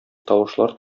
тавышлар